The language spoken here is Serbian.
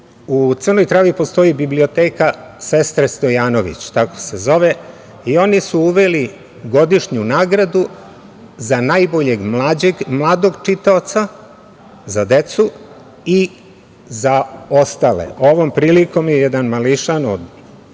u Crnoj Travi postoji biblioteka „Sestre Stojanović“, tako se zove, i oni su uveli godišnju nagradu za najboljeg mladog čitaoca, za decu i za ostale. Ovom prilikom je jedan mališan od